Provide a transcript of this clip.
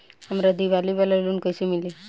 हमरा दीवाली वाला लोन कईसे मिली?